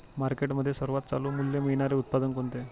मार्केटमध्ये सर्वात चालू मूल्य मिळणारे उत्पादन कोणते?